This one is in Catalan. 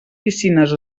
piscines